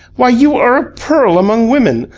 why, you are a pearl among women,